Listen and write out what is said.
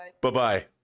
Bye-bye